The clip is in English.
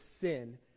sin